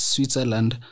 Switzerland